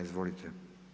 Izvolite.